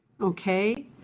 Okay